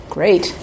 Great